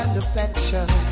affection